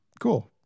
cool